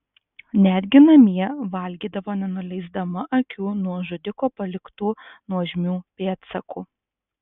netgi namie valgydavo nenuleisdama akių nuo žudiko paliktų nuožmių pėdsakų